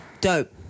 Dope